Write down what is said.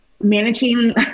managing